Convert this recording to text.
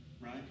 right